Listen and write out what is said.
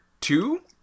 two